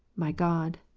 my god,